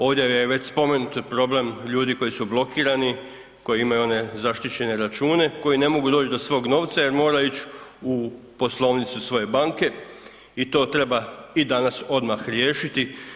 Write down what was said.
Ovdje je već spomenut problem ljudi koji su blokirani, koji imaju one zaštićene račune, koji ne mogu doć do svog novca jer mora ići u poslovnicu svoje banke i to treba i danas odmah riješiti.